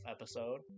episode